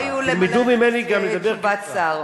תלמדו ממני גם לדבר קצר.